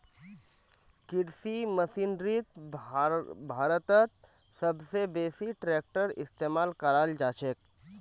कृषि मशीनरीत भारतत सब स बेसी ट्रेक्टरेर इस्तेमाल कराल जाछेक